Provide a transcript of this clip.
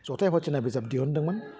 जथाय फावथिना बिजाब दिहुनदोंमोन